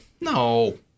no